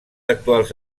actuals